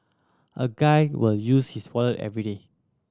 a guy will use his wallet everyday